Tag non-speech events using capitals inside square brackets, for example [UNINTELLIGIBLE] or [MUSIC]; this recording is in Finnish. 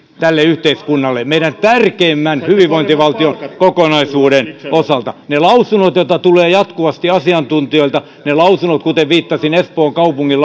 tälle yhteiskunnalle meidän hyvinvointivaltiomme tärkeimmän kokonaisuuden osalta ne lausunnot joita tulee jatkuvasti asiantuntijoilta ne lausunnot kuten viittasin espoon kaupungin [UNINTELLIGIBLE]